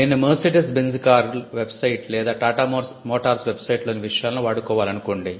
నేను Mercedes Benz car website లేదా Tata Motors website లోని విషయాలను వాడుకోవాలనుకోండి